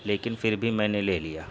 لیکن پھر بھی میں نے لے لیا